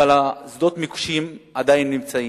אבל שדות המוקשים עדיין נמצאים.